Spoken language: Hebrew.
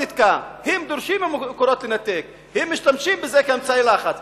לבצע עבודת מטה להגדרת מפת אזורי העדיפות